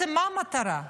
מה המטרה?